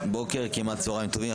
כמעט צהרים טובים.